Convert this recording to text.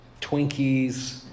Twinkies